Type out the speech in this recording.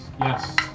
Yes